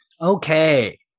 Okay